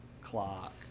clock